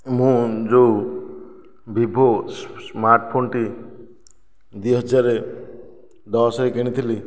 ମୁଁ ଯେଉଁ Vivo smart ଫୋନଟି ଦୁଇ ହଜାର ଦଶରେ କିଣିଥିଲି